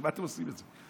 בשביל מה אתם עושים את זה?